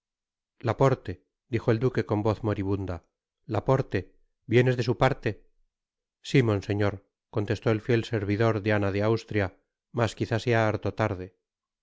laporte dijo el duque con voz moribunda laporte vienes de su parte si monseñor contestó el fiel servidor de ana de austria mas quizá sea harto tarde